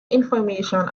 information